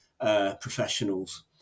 professionals